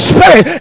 Spirit